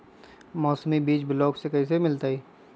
मौसमी बीज ब्लॉक से कैसे मिलताई?